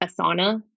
Asana